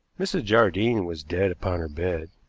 mrs. jardine was dead upon her bed.